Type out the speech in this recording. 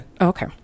okay